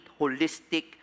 holistic